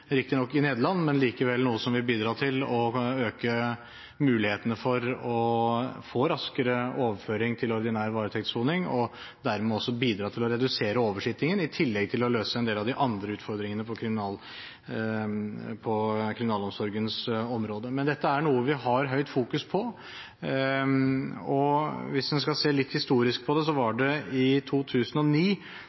riktignok i Nederland, men det er likevel noe som vil bidra til å øke mulighetene for å få raskere overføring til ordinær varetektssoning og dermed også bidra til å redusere oversitting, i tillegg til å løse en del av de andre utfordringene på kriminalomsorgens område. Men dette er noe vi har stort fokus på. Hvis man skal se litt historisk på det, var det i 2009